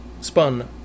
spun